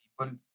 people